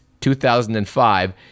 2005